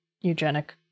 eugenic